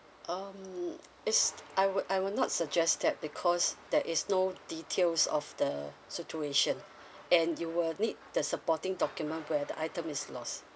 um it's I will I will not suggest that because there is no details of the situation and you will need the supporting document where the item is lost